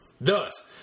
Thus